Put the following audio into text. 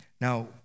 Now